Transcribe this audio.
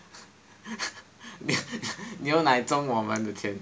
牛奶中我们的钱